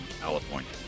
california